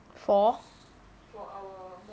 for